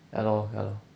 ya lor ya lor